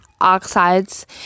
oxides